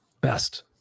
best